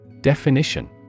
Definition